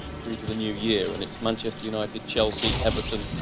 through to the new year, and it's manchester united, chelsea, everton,